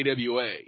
AWA